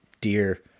deer